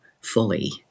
fully